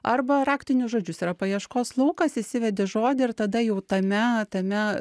arba raktinius žodžius yra paieškos laukas įsivedi žodį ir tada jau tame tame